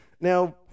Now